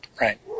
Right